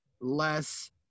less